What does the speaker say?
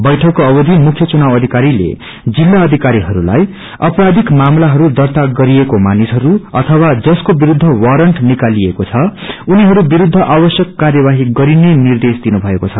वैठकको अवधि मुख्य चुनावअधिरीले जिल्ला अधिकारीहस्ताई अपराधिक मामलाहरू दार्ता गरिएो मानिसहरू अथवा जसको विरूद्ध वारंट नाकालिएको छ उनीहरू विरूद्ध आवश्यक कार्यवाडी गरिने निर्देश दिनुभएको छ